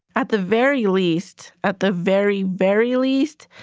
at the very least at the very, very least,